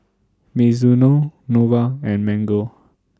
Mizuno Nova and Mango